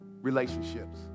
relationships